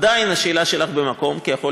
עדיין השאלה שלך במקום, כי יכול